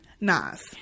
Nas